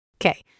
Okay